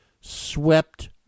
swept